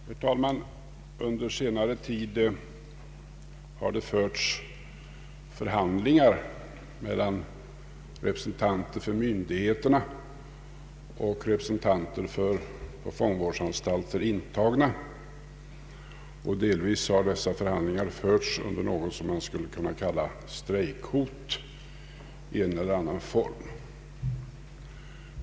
Herr talman! Under senare tid har det förts förhandlingar mellan representanter för myndigheter och representanter för på fångvårdsanstalter intagna. Delvis har dessa förhandlingar förts under vad som skulle kunna kallas för strejkhot i en eller annan form.